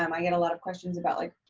um i get a lot of questions about like,